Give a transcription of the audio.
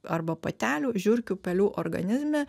arba patelių žiurkių pelių organizme